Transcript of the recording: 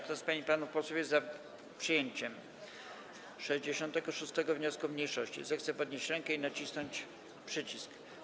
Kto z pań i panów posłów jest za przyjęciem 66. wniosku mniejszości, zechce podnieść rękę i nacisnąć przycisk.